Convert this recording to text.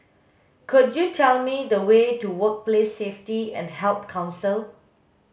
could you tell me the way to Workplace Safety and Health Council